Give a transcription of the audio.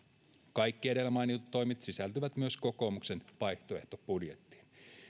kaikki edellä mainitut toimet sisältyvät myös kokoomuksen vaihtoehtobudjettiin